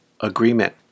agreement